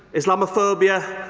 islamophobia,